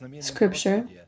scripture